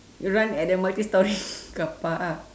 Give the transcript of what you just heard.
run at the multi storey carpark